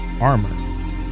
armor